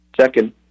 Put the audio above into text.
Second